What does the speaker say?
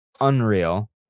unreal